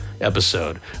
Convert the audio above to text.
Episode